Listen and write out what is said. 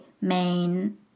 main